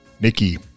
nikki